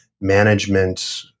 management